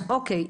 אוקיי.